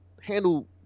handle